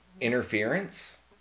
interference